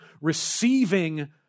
receiving